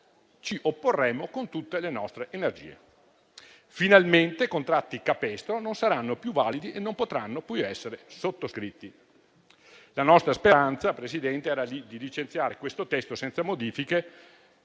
ci opporremo con tutte le nostre energie: finalmente i contratti capestro non saranno più validi e non potranno più essere sottoscritti. La nostra speranza, signor Presidente, era quella di licenziare il testo senza modifiche